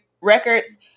records